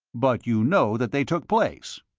but you know that they took place?